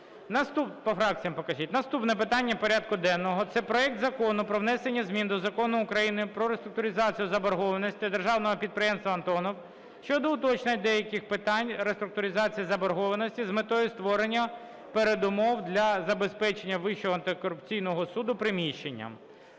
Наступне питання порядку денного – це проект Закону про внесення змін до Закону України "Про реструктуризацію заборгованості державного підприємства "Антонов" щодо уточнення деяких питань реструктуризації заборгованості з метою створення передумов для забезпечення Вищого антикорупційного суду приміщенням".